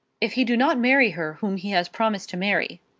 if he do not marry her whom he has promised to marry.